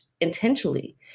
intentionally